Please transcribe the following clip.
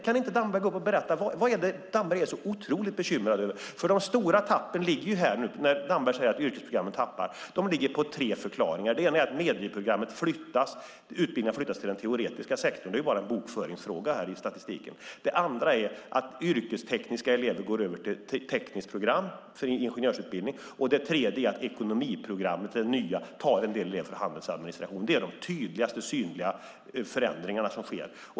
Kan inte Damberg gå upp och berätta vad det är han är så otroligt bekymrad över? Damberg säger att yrkesprogrammen tappar. De stora tappen har tre förklaringar. Det ena är att medieprogrammets utbildningar flyttas till den teoretiska sektorn, och det är bara en bokföringsfråga i statistiken. Det andra är att yrkestekniska elever går över till tekniskt program för ingenjörsutbildning. Det tredje är att det nya ekonomiprogrammet tar en del elever från handel och administration. Det är de tydligaste synliga förändringarna som sker.